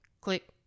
click